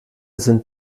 sind